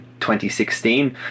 2016